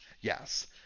Yes